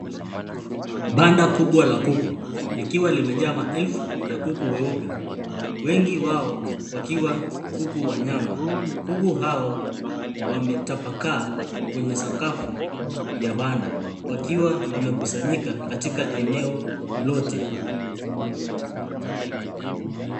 Banda kubwa la kuku likiwa limejaa maelfu ya kuku weupe, wengi wao wakiwa kuku wa nyama. Kuku hao wametapakaa kwenye sakafu ya banda wakiwa wamekusanyika katika eneo lote.